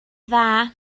dda